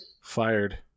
Fired